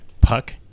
puck